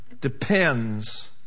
depends